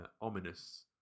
ominous